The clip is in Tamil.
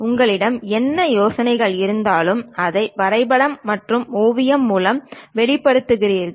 உங்களிடம் என்ன யோசனைகள் இருந்தாலும் அதை வரைபடங்கள் மற்றும் ஓவியங்கள் மூலம் வெளிப்படுத்துகிறீர்கள்